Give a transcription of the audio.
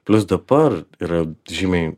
plius dabar yra žymiai